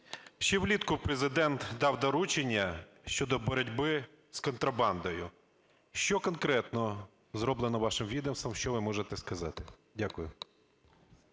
Ще влітку Президент дав доручення щодо боротьби з контрабандою. Що конкретно зроблено вашим відомством, що ви можете сказати? Дякую.